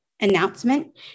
announcement